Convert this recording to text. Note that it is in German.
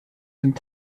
sind